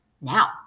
now